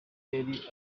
yari